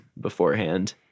beforehand